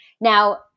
Now